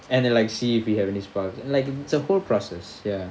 and then like see if you have any sparks like it's a whole process ya